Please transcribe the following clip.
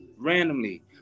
randomly